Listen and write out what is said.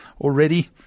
already